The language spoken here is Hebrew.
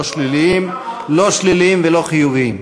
לא שליליים ולא חיוביים.